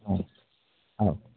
हँ आउ